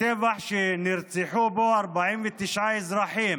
שנרצחו בו 49 אזרחים,